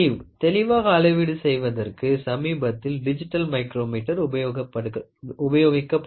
தெளிவாக அளவீடு செய்வதற்கு சமீபத்தில் டிஜிட்டல் மைக்ரோமீட்டர் உபயோகிக்கப்படுகிறது